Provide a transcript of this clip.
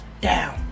down